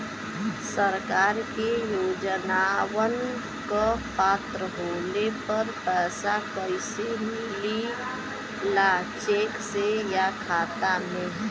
सरकार के योजनावन क पात्र होले पर पैसा कइसे मिले ला चेक से या खाता मे?